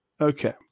Okay